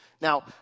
Now